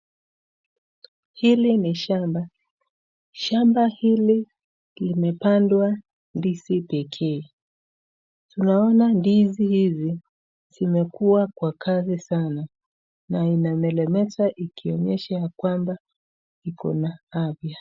Hili ni shamba. Shamba hili limepandwa ndizi pekee. Tunaona ndizi hizi zimekua kwa kasi sana na imelemeta ikionyesha ya kwamba iko na afya.